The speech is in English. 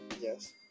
Yes